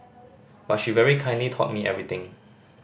but she very kindly taught me everything